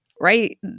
right